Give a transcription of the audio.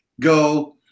go